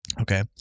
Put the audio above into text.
Okay